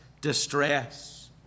distress